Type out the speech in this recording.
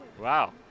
Wow